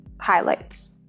highlights